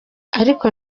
ariko